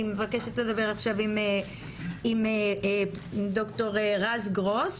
אני מבקשת לדבר עכשיו עם ד"ר רז גרוס,